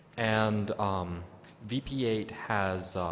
and um v p eight has,